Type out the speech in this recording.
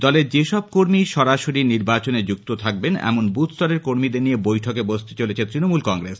দলের যেসব কর্মী সরাসরি নির্বাচনে যুক্ত থাকবেন এমন বুথ স্তরের কর্মীদের নিয়ে বৈঠকে বসতে চলেছে তৃণমূল কংগ্রেস